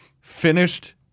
finished